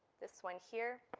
this one here,